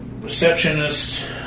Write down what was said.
receptionist